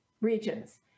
regions